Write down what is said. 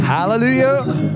Hallelujah